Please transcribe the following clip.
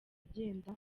agenda